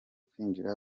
kwinjira